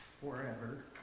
forever